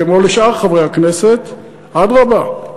כמו אל שאר חברי הכנסת: אדרבה,